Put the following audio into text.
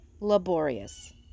laborious